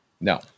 No